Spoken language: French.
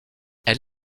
elle